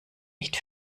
nicht